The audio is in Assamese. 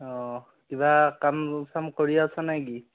অঁ কিবা কাম চাম কৰি আছানে কি